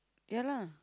ya lah